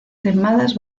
firmadas